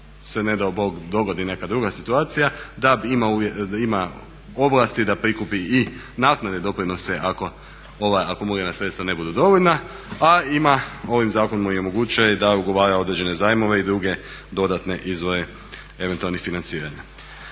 se ne dao Bog dogodi neka druga situacija da ima ovlasti da prikupi i naknadne doprinose ako ova akumulirana sredstva ne budu dovoljna, a ovim zakonom mu omogućuje da ugovara određene zajmove i druge dodatne izvore eventualnih financiranja.